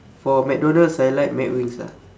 for macdonald's I like mcwings ah